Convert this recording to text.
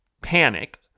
panic